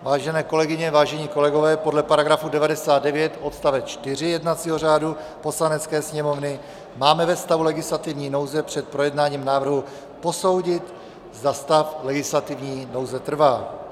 Vážené kolegyně, vážení kolegové, podle § 99 odst. 4 jednacího řádu Poslanecké sněmovny máme ve stavu legislativní nouze před projednáním návrhu posoudit, zda stav legislativní nouze trvá.